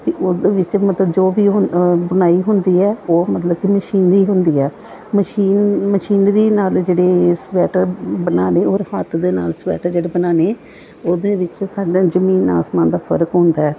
ਅਤੇ ਉਹਦੇ ਵਿੱਚ ਮਤਲਬ ਜੋ ਵੀ ਹੁੰਦਾ ਬੁਣਾਈ ਹੁੰਦੀ ਹੈ ਉਹ ਮਤਲਬ ਕਿ ਮਸ਼ੀਨੀ ਹੁੰਦੀ ਹੈ ਮਸ਼ੀਨ ਮਸ਼ੀਨਰੀ ਨਾਲ ਜਿਹੜੇ ਸਵੈਟਰ ਬਣਾਉਣੇ ਔਰ ਹੱਥ ਦੇ ਨਾਲ ਸਵੈਟਰ ਜਿਹੜੇ ਬਣਾਉਣੇ ਉਹਦੇ ਵਿੱਚ ਸਾਡਾ ਜਮੀਨ ਆਸਮਾਨ ਦਾ ਫ਼ਰਕ ਹੁੰਦਾ